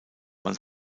man